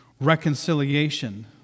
reconciliation